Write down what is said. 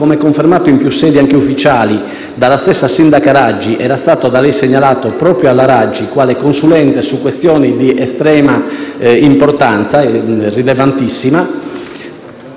come confermato in più sedi, anche ufficiali dalla stessa sindaca Raggi, era stato da lei segnalato proprio alla Raggi quale consulente su questioni rilevantissime,